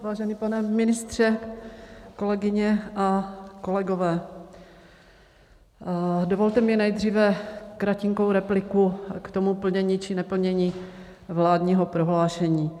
Vážený pane ministře, kolegyně a kolegové, dovolte mi nejdříve kratinkou repliku k tomu plnění či neplnění vládního prohlášení.